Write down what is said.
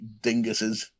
dinguses